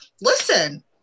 listen